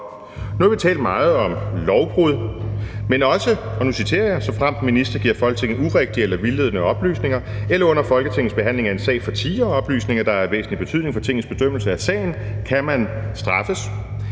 Nu har vi talt meget om lovbrud, men nu citerer jeg: »Såfremt en minister giver urigtige eller vildledende oplysninger eller under Folketingets behandling af en sag fortier oplysninger, der er af væsentlig betydning for Tingets bedømmelse af sagen«, kan man straffes